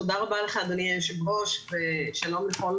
תודה רבה לך אדוני יושב הראש ושלום לכל